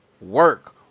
work